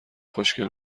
خوشگل